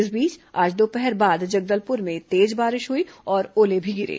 इस बीच आज दोपहर बाद जगदलपुर में तेज बारिश हुई और ओले भी गिरे